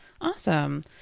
Awesome